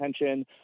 attention